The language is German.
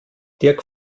dirk